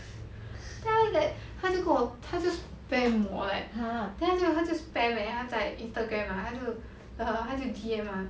then 他 like 他就跟我他就 spam 我 leh then 他就他就 spam eh 他在 instagram ah 他就 err 他就 D_M